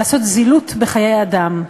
לעשות זילות בחיי אדם.